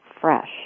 fresh